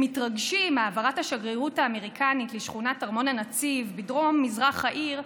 מתרגשים מהעברת השגרירות האמריקנית לשכונת ארמון הנציב בדרום מזרח העיר,